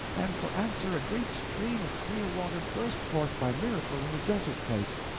and for answer a great stream of clear water burst forth by miracle in a desert place.